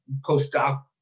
postdoc